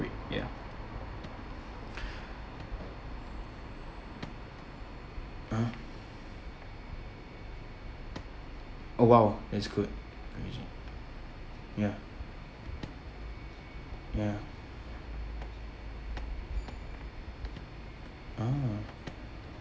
ya mm oh !wow! that's good ya ya oh